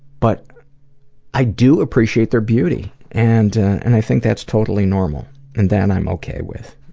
but i do appreciate their beauty and and i think that's totally normal and that i'm ok with.